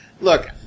Look